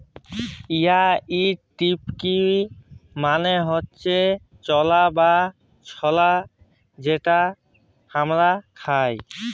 white chickpea মালে হচ্যে চালা বা ছলা যেটা হামরা খাই